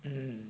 mm